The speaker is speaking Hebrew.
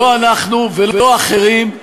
לא אנחנו ולא אחרים,